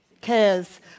cares